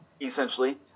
essentially